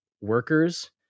workers